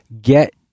get